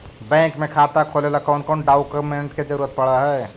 Bank में खाता खोले ल कौन कौन डाउकमेंट के जरूरत पड़ है?